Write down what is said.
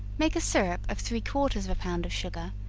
make a syrup of three-quarters of a pound of sugar,